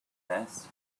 vest